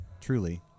truly